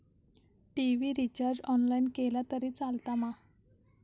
TV recharge online केला तरी चलात मा?